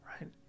right